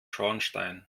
schornstein